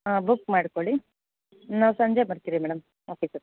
ಹಾಂ ಬುಕ್ ಮಾಡ್ಕೊಳ್ಳಿ ನಾವು ಸಂಜೆ ಬರ್ತೀವಿ ಮೇಡಮ್ ಆಫೀಸಿಗೆ